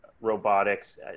robotics